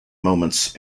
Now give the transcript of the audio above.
moments